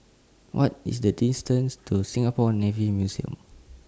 What IS The distance to Singapore Navy Museum